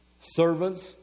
servants